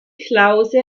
klause